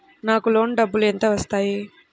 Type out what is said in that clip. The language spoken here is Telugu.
నాకు లోన్ డబ్బులు ఎంత వస్తాయి?